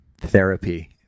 therapy